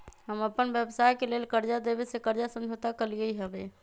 हम अप्पन व्यवसाय के लेल कर्जा देबे से कर्जा समझौता कलियइ हबे